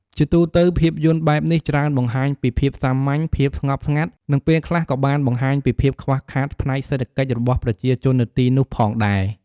ជាទូទៅភាពយន្តបែបនេះច្រើនបង្ហាញពីភាពសាមញ្ញ ភាពស្ងប់ស្ងាត់ និងពេលខ្លះក៏បានបង្ហាញពីភាពខ្វះខាតផ្នែកសេដ្ឋកិច្ចរបស់ប្រជាជននៅទីនោះផងដែរ ។